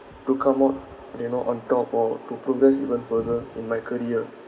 to come out you know on top or to progress even further in my career